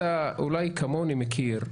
אתה אולי כמוני מכיר,